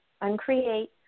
uncreate